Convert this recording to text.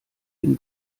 dem